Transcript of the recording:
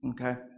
Okay